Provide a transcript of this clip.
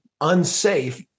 unsafe